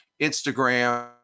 instagram